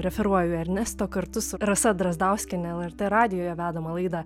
referuoju ernesto kartu su rasa drazdauskiene lrt radijuje vedamą laidą